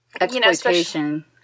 Exploitation